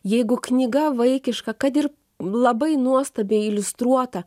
jeigu knyga vaikiška kad ir labai nuostabiai iliustruota